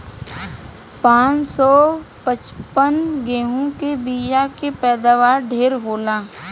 पान सौ पचपन गेंहू के बिया के पैदावार ढेरे होला